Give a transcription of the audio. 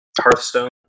Hearthstone